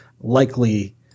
likely